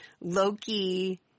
Loki –